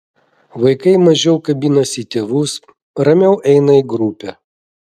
vaikai mažiau kabinasi į tėvus ramiau eina į grupę